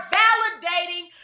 validating